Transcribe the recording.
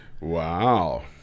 Wow